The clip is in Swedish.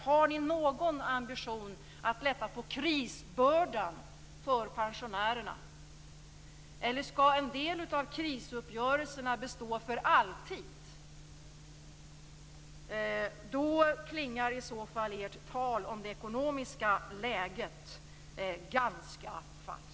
Har ni någon ambition att lätta på krisbördan för pensionärerna, eller skall en del av krisuppgörelserna bestå för alltid? I så fall klingar ert tal om det ekonomiska läget ganska falskt.